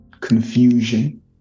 confusion